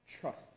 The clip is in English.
trust